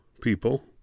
people